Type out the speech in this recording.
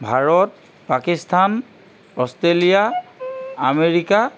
Bharat Pakistan Australia America